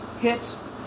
hits